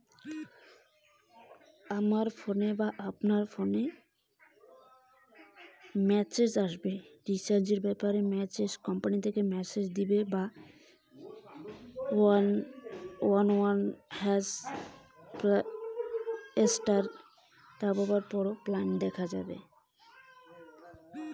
আমার ফোনে রিচার্জ এর ব্যাপারে রিচার্জ প্ল্যান কি করে দেখবো?